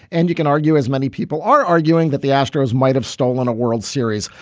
and you can argue, as many people are arguing, that the astros might have stolen a world series.